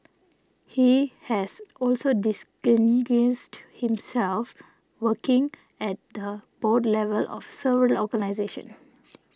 he has also himself working at the board level of several organisations